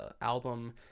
album